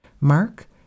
Mark